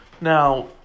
Now